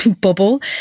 bubble